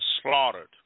slaughtered